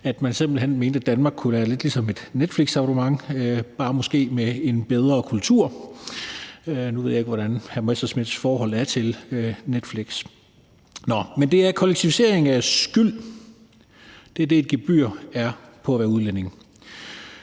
at man simpelt hen mente, at Danmark kunne være lidt ligesom et netflixabonnement, måske bare med en bedre kultur. Nu ved jeg ikke, hvordan hr. Morten Messerschmidts forhold er til Netflix. Men det er kollektivisering af skyld; det er det, som et gebyr på at være udlænding